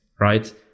right